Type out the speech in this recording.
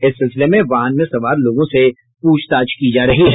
इस सिलसिले में वाहन में सवार लोगों से प्रछताछ की जा रही है